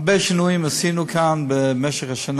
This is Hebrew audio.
הרבה שינויים עשינו כאן במשך השנה.